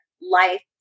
life